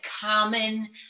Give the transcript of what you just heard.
common